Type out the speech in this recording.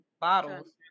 bottles